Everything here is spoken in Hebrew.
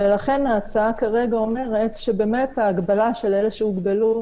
לכן ההצעה כרגע אומרת שבאמת ההגבלה של אלה שהוגבלו